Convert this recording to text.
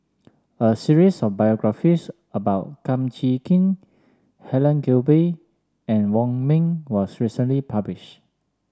a series of biographies about Kum Chee Kin Helen Gilbey and Wong Ming was recently published